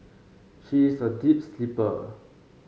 she is a deep sleeper